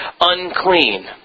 unclean